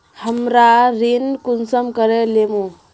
हमरा ऋण कुंसम करे लेमु?